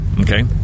Okay